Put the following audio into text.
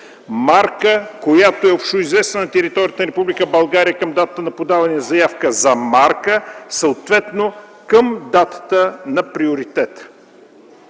марка, която е общоизвестна на територията на Република България към датата на подаване на заявка за марка, съответно към датата на приоритета.”